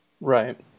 Right